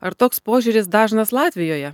ar toks požiūris dažnas latvijoje